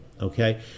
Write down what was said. Okay